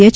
H